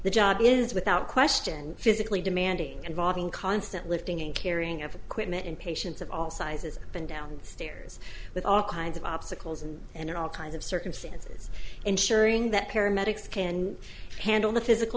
the job is without question physically demanding involving constant lifting and carrying of quitting and patients of all sizes up and down stairs with all kinds of obstacles and all kinds of circumstances ensuring that paramedics can handle the physical